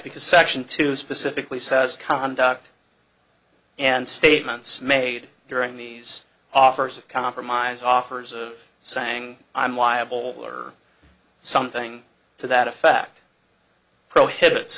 because section two specifically says conduct and statements made during these offers of compromise offers of saying i'm liable for something to that effect prohibits